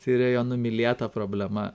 tai yra jo numylėta problema